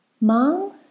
Mom